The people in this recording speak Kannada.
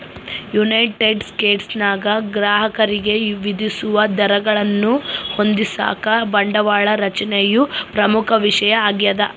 ಯುನೈಟೆಡ್ ಸ್ಟೇಟ್ಸ್ನಾಗ ಗ್ರಾಹಕರಿಗೆ ವಿಧಿಸುವ ದರಗಳನ್ನು ಹೊಂದಿಸಾಕ ಬಂಡವಾಳ ರಚನೆಯು ಪ್ರಮುಖ ವಿಷಯ ಆಗ್ಯದ